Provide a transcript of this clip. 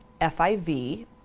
FIV